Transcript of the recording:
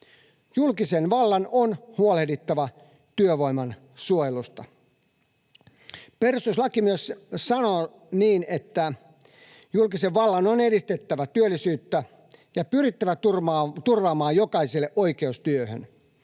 Julkisen vallan on huolehdittava työvoiman suojelusta. Perustuslaki sanoo myös niin, että julkisen vallan on edistettävä työllisyyttä ja pyrittävä turvaamaan jokaiselle oikeus työhön.